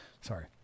Sorry